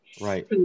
Right